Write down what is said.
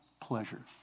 pleasure